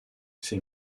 c’est